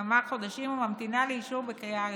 כמה חודשים וממתינה לאישור בקריאה הראשונה.